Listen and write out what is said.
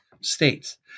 states